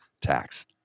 Tax